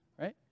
right